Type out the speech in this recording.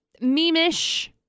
meme-ish